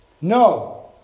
No